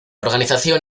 organización